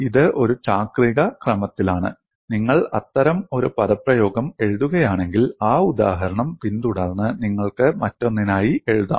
ഇത് ഒരു ചാക്രിക ക്രമത്തിലാണ് നിങ്ങൾ അത്തരം ഒരു പദപ്രയോഗം എഴുതുകയാണെങ്കിൽ ആ ഉദാഹരണം പിന്തുടർന്ന് നിങ്ങൾക്ക് മറ്റൊന്നിനായി എഴുതാം